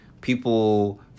people